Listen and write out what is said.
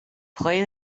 play